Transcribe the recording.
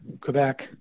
Quebec